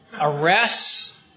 arrests